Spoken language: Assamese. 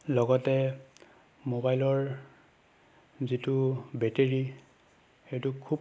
লগতে মোবাইলৰ যিটো বেটেৰী সেইটো খুব